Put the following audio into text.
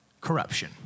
Corruption